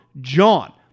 JOHN